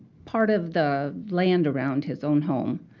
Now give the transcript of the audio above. part of the land around his own home.